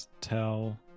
tell